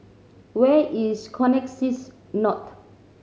where is Connexis North